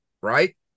right